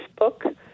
facebook